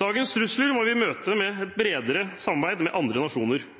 Dagens trusler må vi møte med et bredere samarbeid med andre nasjoner.